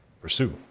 pursue